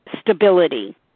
stability